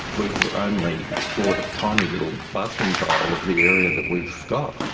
we've only explored a tiny little bathroom tile of the area that we've got.